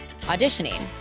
auditioning